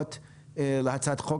לחכות להצעת חוק?